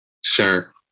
Sure